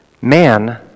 Man